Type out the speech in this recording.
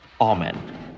Amen